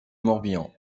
morbihan